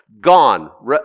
gone